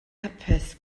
hapus